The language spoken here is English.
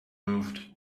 moved